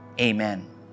Amen